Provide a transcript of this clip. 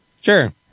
Sure